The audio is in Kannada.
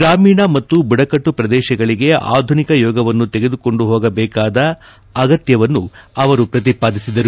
ಗ್ರಾಮೀಣ ಮತ್ತು ಬುಡಕಟ್ಟು ಪ್ರದೇಶಗಳಿಗೆ ಆಧುನಿಕ ಯೋಗವನ್ನು ತೆಗೆದುಕೊಂಡು ಹೋಗದೇಕಾದ ಅಗತ್ವವನ್ನೂ ಅವರು ಪ್ರತಿಪಾಸಿದರು